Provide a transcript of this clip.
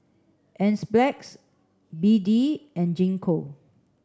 Enzyplex B D and Gingko